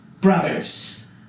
brothers